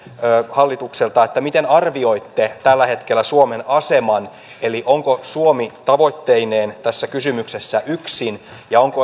hallitukselta miten arvioitte tällä hetkellä suomen aseman eli onko suomi tavoitteineen tässä kysymyksessä yksin ja onko